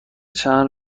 چند